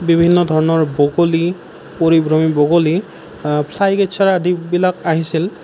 বিভিন্ন ধৰণৰ বগলী পৰিভ্ৰমী বগলী আদি বিলাক আহিছিল